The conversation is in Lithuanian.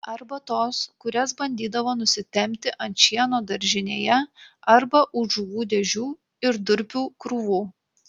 arba tos kurias bandydavo nusitempti ant šieno daržinėje arba už žuvų dėžių ir durpių krūvų